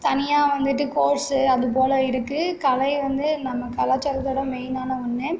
தனியாக வந்துட்டு கோர்ஸு அது போல் இருக்குது கலை வந்து நம்ம கலாச்சாரத்தோடய மெயினான ஒன்று